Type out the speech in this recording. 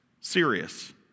serious